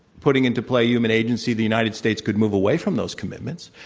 putting into play human agency, the united states could move away from those commitments.